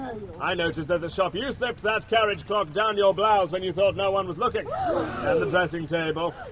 i noticed at the shop you slipped that carriage clock down your blouse when you thought no one was looking! and the dressing table!